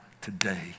today